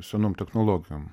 senom technologijom